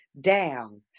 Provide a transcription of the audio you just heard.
down